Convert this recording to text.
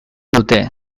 dute